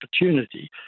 opportunity